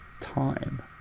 time